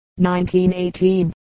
1918